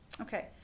Okay